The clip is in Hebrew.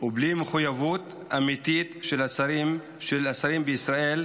ובלי מחויבות אמיתית של השרים בישראל,